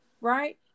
right